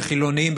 בחילונים,